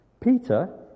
Peter